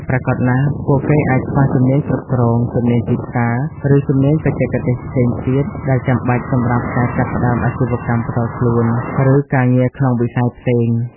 ប្រាកដណាស់ ពួកគេអាចខ្វះជំនាញគ្រប់គ្រង ជំនាញទីផ្សារ ឬជំនាញបច្ចេកទេសផ្សេងទៀតដែលចាំបាច់សម្រាប់ការចាប់ផ្តើមអាជីវកម្មផ្ទាល់ខ្លួន ឬការងារក្នុងវិស័យផ្សេង។